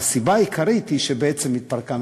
הסיבה העיקרית היא שהממשלה בעצם התפרקה,